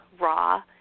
raw